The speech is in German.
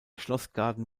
schlossgarten